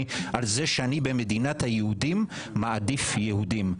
על זה שאני במדינת היהודים מעדיף יהודים.